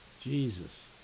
Jesus